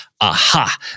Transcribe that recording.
Aha